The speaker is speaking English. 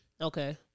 Okay